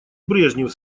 брежнев